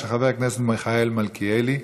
של חבר הכנסת מיכאל מלכיאלי.